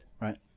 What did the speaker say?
Right